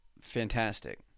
fantastic